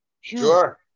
sure